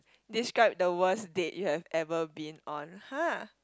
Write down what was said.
describe the worst date you have ever been on !huh!